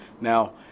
Now